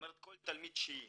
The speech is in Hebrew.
דהיינו כל תלמיד תשיעי